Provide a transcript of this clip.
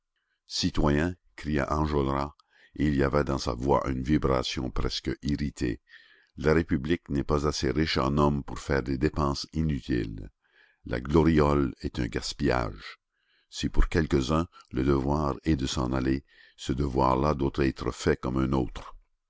citoyens criait enjolras et il y avait dans sa voix une vibration presque irritée la république n'est pas assez riche en hommes pour faire des dépenses inutiles la gloriole est un gaspillage si pour quelques-uns le devoir est de s'en aller ce devoir là doit être fait comme un autre